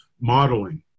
modeling